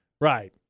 Right